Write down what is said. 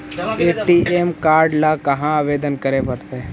ATM card ल कहा आवेदन करे पड़तै?